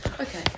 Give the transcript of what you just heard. Okay